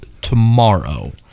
tomorrow